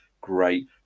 great